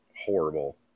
horrible